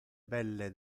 belle